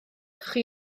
chi